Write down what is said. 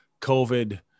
COVID